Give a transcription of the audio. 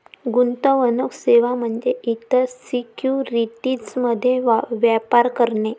गुंतवणूक सेवा म्हणजे इतर सिक्युरिटीज मध्ये व्यापार करणे